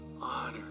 honor